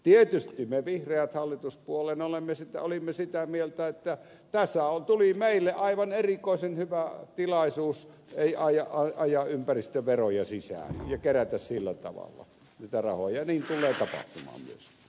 tietysti me vihreät hallituspuolueena olimme sitä mieltä että tässä tuli meille aivan erikoisen hyvä tilaisuus ajaa ympäristöveroja sisään ja kerätä sillä tavalla niitä rahoja ja niin tulee tapahtumaan myös